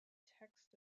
text